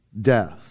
Death